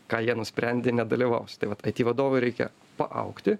ką jie nusprendė nedalyvaus tai vat aiti vadovui reikia paaugti